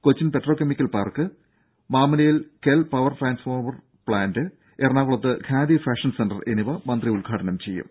കൊച്ചിയിൽ petrochemical park മാമലയിൽ KEL power transformer plant എറണാകുളത്ത് ഖാദി ഫാഷൻ സെന്റർ എന്നിവ മന്ത്രി ഉദ്ഘാടനം ചെയ്യും